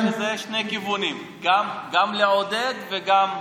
שני כיוונים: גם לעודד וגם,